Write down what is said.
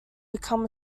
become